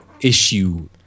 issue